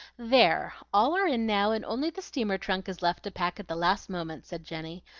there! all are in now, and only the steamer trunk is left to pack at the last moment, said jenny,